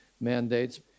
mandates